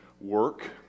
work